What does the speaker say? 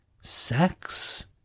sex